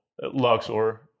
luxor